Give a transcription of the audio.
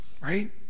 right